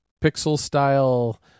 pixel-style